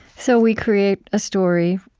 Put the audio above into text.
so we create a story.